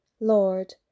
Lord